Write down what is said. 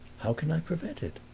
how can i prevent it?